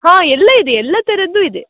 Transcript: ಹಾಂ ಎಲ್ಲ ಇದೆ ಎಲ್ಲ ಥರದ್ದು ಇದೆ